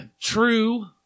True